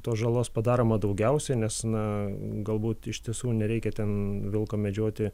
tos žalos padaroma daugiausiai nes na galbūt iš tiesų nereikia ten vilko medžioti